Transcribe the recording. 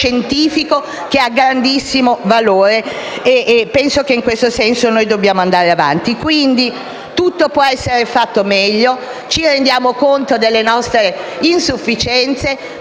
scientifico che ha grandissimo valore e in questo senso dobbiamo andare avanti. Tutto può essere fatto meglio. Ci rendiamo conto delle nostre insufficienze,